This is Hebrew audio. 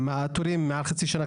התורים מעל חצי שנה,